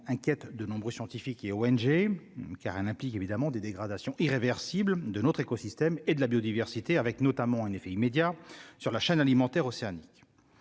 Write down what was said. inquiète de nombreux scientifiques et ONG, car elle implique évidemment des dégradations irréversibles de notre écosystème et de la biodiversité, avec notamment un effet immédiat sur la chaîne alimentaire océanique,